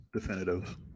definitive